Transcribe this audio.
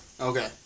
Okay